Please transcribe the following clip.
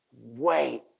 wait